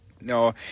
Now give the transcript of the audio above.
No